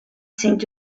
seemed